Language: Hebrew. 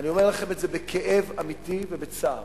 אני אומר לכם את זה בכאב אמיתי ובצער,